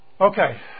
Okay